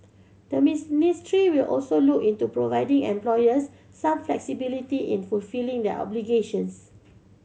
the miss will also look into providing employers some flexibility in fulfilling their obligations